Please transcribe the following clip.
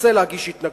תרצה להגיש התנגדות,